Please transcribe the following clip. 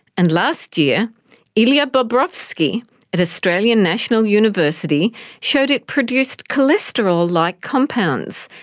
and last year ilya bobrovskiy at australian national university showed it produced cholesterol-like compounds,